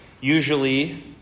usually